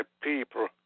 people